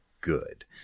good